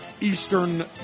Eastern